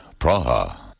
Praha